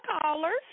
callers